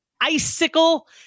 icicle